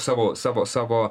savo savo savo